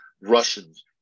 Russians